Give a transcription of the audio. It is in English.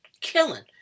killing